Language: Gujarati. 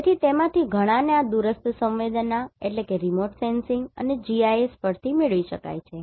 તેથી તેમાંથી ઘણાને આ દૂરસ્થ સંવેદનાઅને GIS પરથી મેળવી શકાય છે